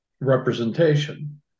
representation